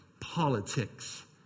politics